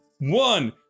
one